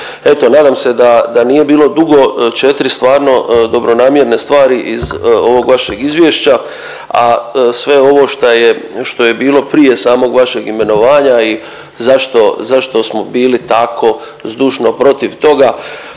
Eto nadam se da nije bilo dugo, četiri stvarno dobronamjerne stvari iz ovog vašeg izvješća, a sve ovo što je bilo prije samog vašeg imenovanja i zašto, zašto smo bili tako zdušno protiv toga